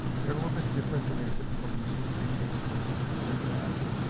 they're a little bit different than your typical music appreciation music history class